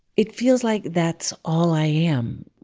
it feels like that's all i am.